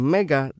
Mega